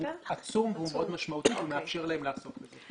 הוא עצום והוא מאוד משמעותי ומאפשר להם לעסוק בזה.